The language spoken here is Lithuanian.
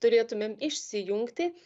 turėtumėm išsijungti